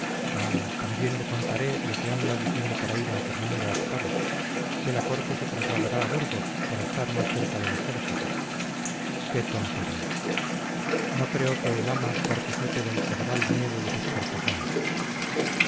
también le contaré lo que anda diciendo por ahí d fernando octavo que la corte se trasladará a burgos para estar más cerca del ejército qué tontería no creo que el ama participe del cerval miedo de sus cortesanos